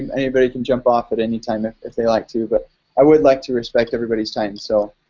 um anybody can jump off at any time if if they'd like to, but i would like to respect everybody's time, so